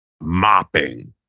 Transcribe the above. mopping